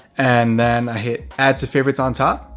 and then i hit add to favorites on top,